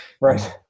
right